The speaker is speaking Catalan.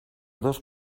dos